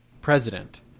president